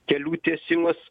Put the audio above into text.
kelių tiesimas